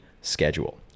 schedule